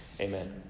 Amen